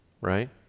right